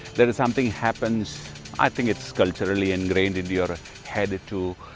there is something, happens i think it's culturally ingrained in your ah head to